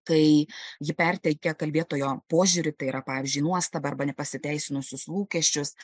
kai ji perteikia kalbėtojo požiūriu tai yra pavyzdžiui nuostabą arba nepasiteisinusius lūkesčius